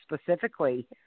specifically